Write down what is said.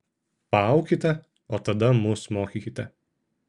paaukite o tada mus mokykite